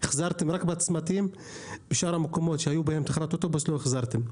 החזרתם רק בצמתים; בשאר המקומות שבהם היו תחנות אוטובוס לא החזרתם.